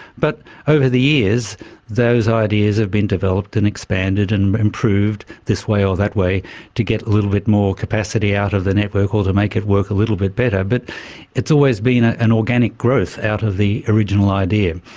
but over the years those ideas have been developed and expanded and improved this way or that way to get a little bit more capacity out of the network or to make it work a bit better. but it has always been ah an organic growth out of the original idea.